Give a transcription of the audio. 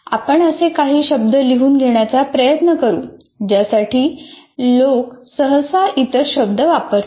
आपण असे काही शब्द लिहून घेण्याचा प्रयत्न करू ज्यासाठी लोक सहसा इतर शब्द वापरतात